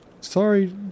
Sorry